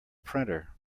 printer